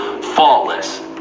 faultless